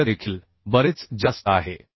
मूल्य देखील बरेच जास्त आहे